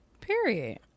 Period